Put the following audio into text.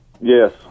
Yes